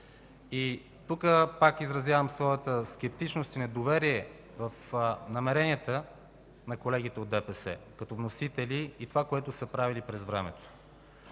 Тук пак изразявам своята скептичност и недоверие в намеренията на колегите от ДПС като вносители и това, което са правили през времето.